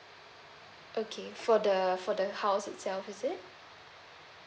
okay for the for the house itself is it